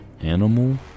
animal